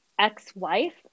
Ex-wife